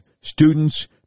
Students